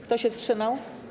Kto się wstrzymał?